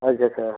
अच्छा सर